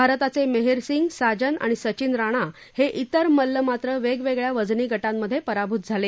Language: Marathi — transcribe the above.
भारताचे मेहरसिंग साजन आणि सचिन राणा हे तिर मल्ल मात्र वेगवेगळ्या वजनी गामध्ये पराभूत झाले